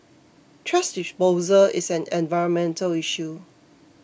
thrash disposal is an environmental issue